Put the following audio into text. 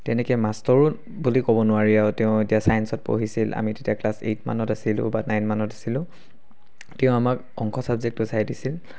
তেনেকৈ মাষ্টৰো বুলিও ক'ব নোৱাৰি আও তেওঁ এতিয়া চাইন্সত পঢ়িছিল আমি তেতিয়া ক্লাছ এইট মানত আছিলোঁ বা নাইন মানত আছিলোঁ তেওঁ আমাক অংক চাবজেক্টটো চাই দিছিল